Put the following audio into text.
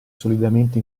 solidamente